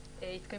התשע-עשרה.